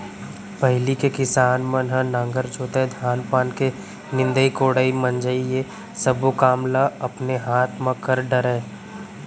पहिली के किसान मन ह नांगर जोतय, धान पान के निंदई कोड़ई, मिंजई ये सब्बो काम ल अपने हाथ म कर डरय